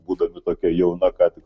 būdami tokia jauna ką tik